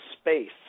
space